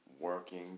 Working